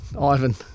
Ivan